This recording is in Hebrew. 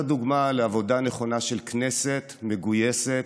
דוגמה לעבודה נכונה של כנסת מגויסת,